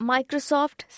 Microsoft